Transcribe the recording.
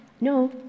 no